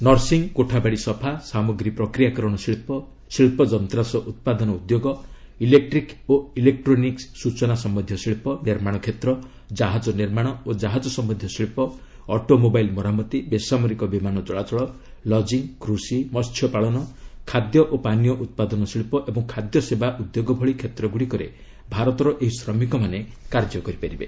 nursing କୋଠାବାଡ଼ି ସଫା ସାମଗ୍ରୀ ପ୍ରକ୍ରିୟାକରଣ ଶିଳ୍ପ ଶିଳ୍ପ ଯନ୍ତ୍ରାଂଶ ଉତ୍ପାଦନ ଉଦ୍ୟୋଗ ଇଲେକ୍ଟ୍ରିକ୍ ଓ ଇଲେକ୍ଟ୍ରୋନିକ ସୂଚନା ସମ୍ଭନ୍ଧୀୟ ଶିଳ୍ପ ନିର୍ମାଣ କ୍ଷେତ୍ର ଜାହାଜ ନିର୍ମାଣ ଓ ଜାହାଜ ସମ୍ଭନ୍ଧୀୟ ଶିଳ୍ପ ଅଟୋମୋବାଇଲ୍ ମରାମତି ବେସାମରିକ ବିମାନ ଚଳାଚଳ ଲକିଂ କୃଷି ମହ୍ୟପାଳନ ଖାଦ୍ୟ ଓ ପାନୀୟ ଉତ୍ପାଦନ ଶିଳ୍ପ ଏବଂ ଖାଦ୍ୟ ସେବା ଉଦ୍ୟୋଗ ଭଳି କ୍ଷେତ୍ରଗୁଡ଼ିକରେ ଭାରତର ଏହି ଶ୍ରମିକମାନେ କାର୍ଯ୍ୟ କରିପାରିବେ